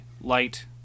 light